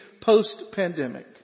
post-pandemic